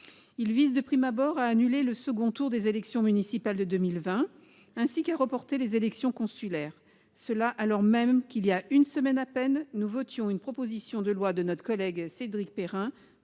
Il vise, de prime abord, à annuler le second tour des élections municipales de 2020, ainsi qu'à reporter les élections consulaires, alors même que, il y a une semaine à peine, nous votions une proposition de loi de notre collègue Cédric Perrin